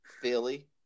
Philly